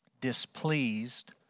displeased